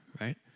right